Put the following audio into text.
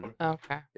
Okay